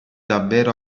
davvero